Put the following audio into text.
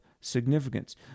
significance